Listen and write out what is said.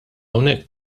hawnhekk